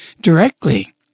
directly